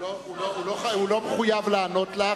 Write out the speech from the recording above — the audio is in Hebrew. הוא לא מחויב לענות לך.